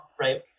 right